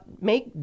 make